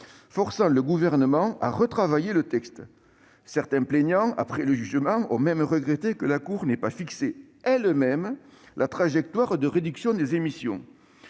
forçant le gouvernement à retravailler le texte. Certains plaignants, après le jugement, ont même regretté que la Cour n'ait pas fixé elle-même la trajectoire de réduction des émissions.